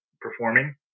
performing